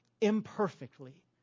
imperfectly